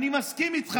לא, אני, אני מסכים איתך.